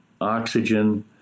oxygen